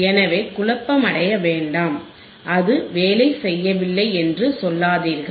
எனவே குழப்பமடைய வேண்டாம் அது வேலை செய்யவில்லை என்று சொல்லாதீர்கள்